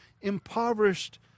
impoverished